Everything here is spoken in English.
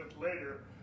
later